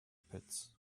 pits